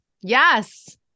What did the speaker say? yes